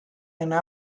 enne